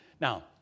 Now